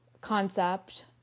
concept